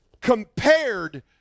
compared